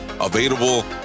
available